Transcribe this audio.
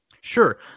sure